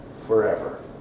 forever